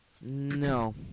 No